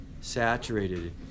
saturated